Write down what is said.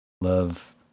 love